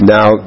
Now